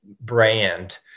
Brand